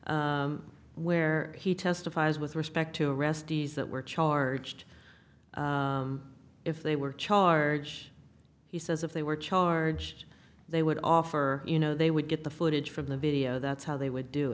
me where he testifies with respect to restes that were charged if they were charge he says if they were charged they would offer you know they would get the footage from the video that's how they would do